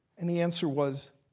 and the answer was,